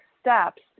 steps